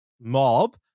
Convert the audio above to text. mob